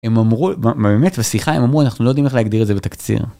הם אמרו באמת השיחה עם אמרו אנחנו לא יודעים איך להגדיר את זה בתקציר.